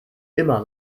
immer